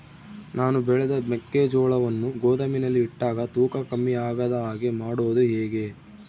ನಾನು ಬೆಳೆದ ಮೆಕ್ಕಿಜೋಳವನ್ನು ಗೋದಾಮಿನಲ್ಲಿ ಇಟ್ಟಾಗ ತೂಕ ಕಮ್ಮಿ ಆಗದ ಹಾಗೆ ಮಾಡೋದು ಹೇಗೆ?